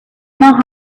not